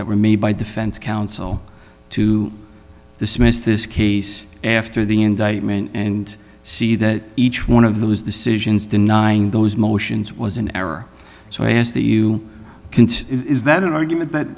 that were made by defense counsel to dismiss this case after the indictment and see that each one of those decisions denying those motions was in error so i ask that you consider is that an argument that